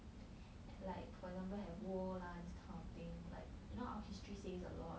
like for example have war lah this kind of thing like you know our history says a lot